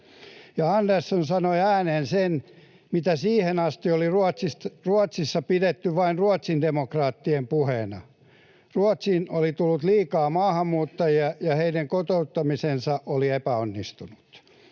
Andersson sanoi ääneen sen, mitä siihen asti oli Ruotsissa pidetty vain ruotsidemokraattien puheena: Ruotsiin oli tullut liikaa maahanmuuttajia ja heidän kotouttamisensa oli epäonnistunut.